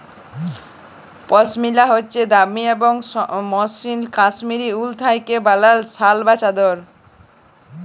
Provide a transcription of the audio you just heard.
পশমিলা হছে দামি এবং মসৃল কাশ্মীরি উল থ্যাইকে বালাল শাল বা চাদর